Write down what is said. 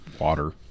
water